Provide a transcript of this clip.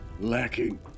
lacking